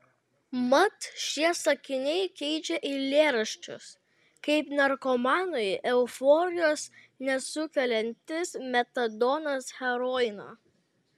mat šie sakiniai keičia eilėraščius kaip narkomanui euforijos nesukeliantis metadonas heroiną